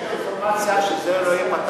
יש לי אינפורמציה שזה לא ייפתח,